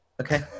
Okay